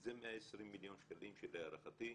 זה 120 מיליון שקלים, שלהערכתי,